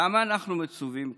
למה אנחנו מצווים כך?